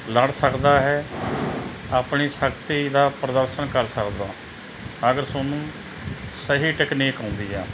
ਲੜ ਸਕਦਾ ਹੈ ਆਪਣੀ ਸ਼ਕਤੀ ਦਾ ਪ੍ਰਦਰਸ਼ਨ ਕਰ ਸਕਦਾ ਅਗਰ ਤੁਹਾਨੂੰ ਸਹੀ ਟਕਨੀਕ ਆਉਂਦੀ ਆ